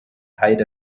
height